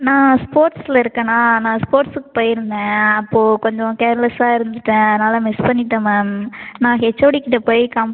நான் ஸ்போர்ட்ஸில் இருக்கேனா நான் ஸ்போர்ட்ஸ்க்கு போயிருந்தேன் அப்போ கொஞ்சம் கேர்லெஸ்ஸாக இருந்துவிட்டேன் அதனால மிஸ் பண்ணிவிட்டேன் மேம் நான் ஹெச்ஓடிக்கிட்ட போய் கம்